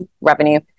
revenue